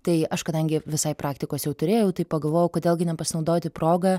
tai aš kadangi visai praktikos jau turėjau tai pagalvojau kodėl gi nepasinaudoti proga